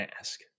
ask